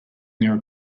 near